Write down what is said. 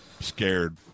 scared